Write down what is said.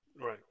right